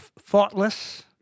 thoughtless